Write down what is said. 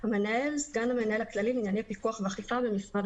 "המנהל" סגן המנהל הכללי לענייני פיקוח ואכיפה במשרד